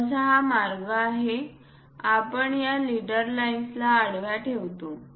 सहसा हा मार्ग आहे आपण या लीडर लाईन्सला आडव्या ठेवतो